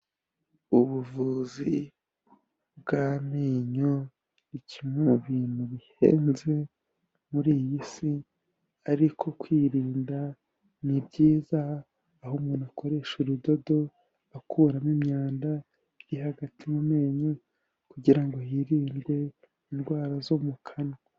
Ubuvuzi bw'amenyo ni kimwe mu bintu bihenze muri iyi si, ariko kwirinda ni byiza aho umuntu akoresha urudodo akuramo imyanda iri hagati mu menyo kugira ngo hirindwe indwara zo mu kanwa.